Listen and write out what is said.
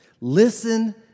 Listen